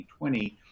2020